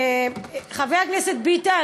חבר הכנסת ביטן,